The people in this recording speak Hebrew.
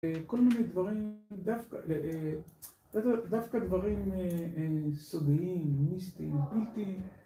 ‫כל מיני דברים, דווקא דברים ‫סודיים, מיסטיים, בלתי...